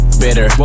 bitter